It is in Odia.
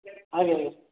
ଆଜ୍ଞା ଆଜ୍ଞା